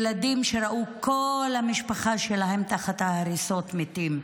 ילדים שראו את כל המשפחה שלהם תחת ההריסות, מתים.